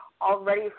already